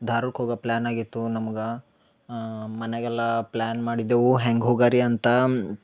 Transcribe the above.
ದಾರುಕ್ ಹೋಗೋ ಪ್ಲ್ಯಾನ್ ಆಗಿತ್ತು ನಮ್ಗೆ ಮನೆಗೆಲ್ಲಾ ಪ್ಲ್ಯಾನ್ ಮಾಡಿದ್ದೆವು ಹೆಂಗ ಹೋಗಾರಿ ಅಂತಾ